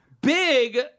Big